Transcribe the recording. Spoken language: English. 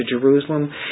Jerusalem